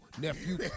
nephew